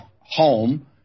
home